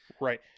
right